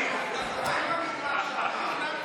האופוזיציה.